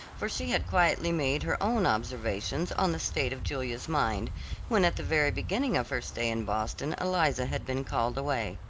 for she had quietly made her own observations on the state of julia's mind when at the very beginning of her stay in boston eliza had been called away.